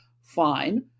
Fine